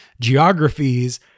geographies